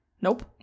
Nope